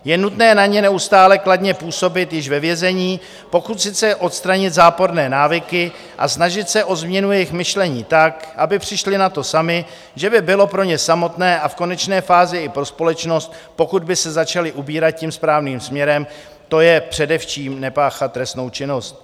Je nutné na ně neustále kladně působit již ve vězení, pokusit se odstranit záporné návyky a snažit se o změnu jejich myšlení tak, aby přišli na to sami, že by bylo pro ně samotné a v konečné fázi i pro společnost , pokud by se začali ubírat tím správným směrem, to je především nepáchat trestnou činnost.